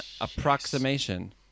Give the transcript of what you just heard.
approximation